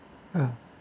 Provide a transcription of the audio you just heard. uh